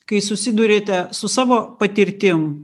kai susiduriate su savo patirtim